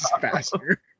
faster